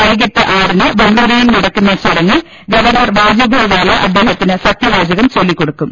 വൈകീട്ട് ആറിന് ബംഗളൂരുവിൽ നട ക്കുന്ന ചടങ്ങിൽ ഗവർണർ വാജുഭായ് വാല അദ്ദേഹത്തിന് സത്യ വാചകം ചൊല്ലിക്കൊടുക്കും